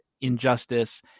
injustice